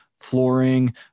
flooring